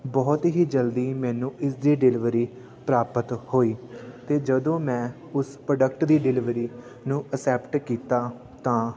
ਬਹੁਤ ਹੀ ਜਲਦੀ ਮੈਨੂੰ ਇਸਦੀ ਡਿਲੀਵਰੀ ਪ੍ਰਾਪਤ ਹੋਈ ਅਤੇ ਜਦੋਂ ਮੈਂ ਉਸ ਪ੍ਰੋਡਕਟ ਦੀ ਡਿਲੀਵਰੀ ਨੂੰ ਅਸੈਪਟ ਕੀਤਾ ਤਾਂ